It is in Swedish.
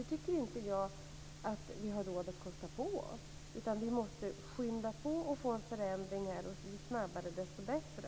Det tycker inte jag att vi har råd att kosta på oss, utan vi måste skynda på och få förändringar - ju snabbare, desto bättre.